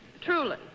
Truly